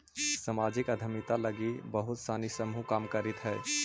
सामाजिक उद्यमिता लगी बहुत सानी समूह काम करित हई